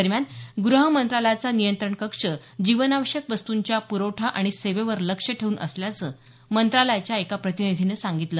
दरम्यान गृहमंत्रालयाचा नियंत्रण कक्ष जीवनावश्यक वस्तूंच्या प्रवठा आणि सेवेवर लक्ष ठेवून असल्याचं मंत्रालयाच्या एक प्रतिनिधीनं सांगितल